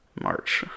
March